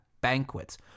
banquets